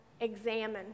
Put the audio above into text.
examine